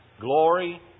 glory